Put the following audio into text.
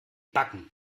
backen